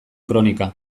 kronika